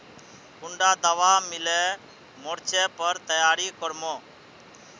कुंडा दाबा दिले मोर्चे पर तैयारी कर मो?